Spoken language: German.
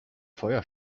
feuer